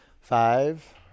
five